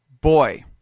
boy